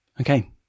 Okay